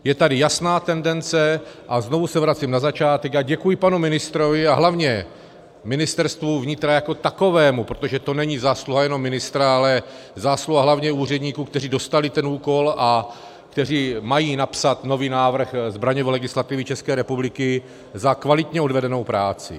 Je tady jasná tendence, a znovu se vracím na začátek, a děkuji panu ministrovi a hlavně Ministerstvu vnitra jako takovému, protože to není zásluha jenom ministerstva, ale zásluha hlavně úředníků, kteří dostali ten úkol a kteří mají napsat nový návrh zbraňové legislativy České republiky, za kvalitně odvedenou práci.